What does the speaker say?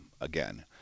again